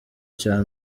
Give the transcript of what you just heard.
cya